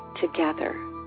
together